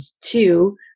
two